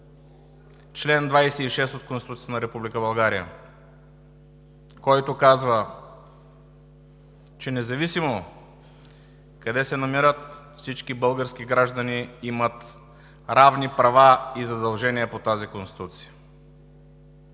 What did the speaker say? чл. 26 от Конституцията на Република България, който казва, че независимо къде се намират, всички български граждани имат равни права и задължения по тази Конституция.